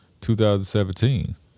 2017